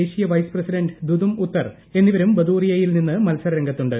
ദേശീയ vice president Dum Dum എന്നിവരും ബദൂറിയയിൽ നിന്ന് മത്സരരംഗത്തുണ്ട്